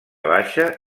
baixa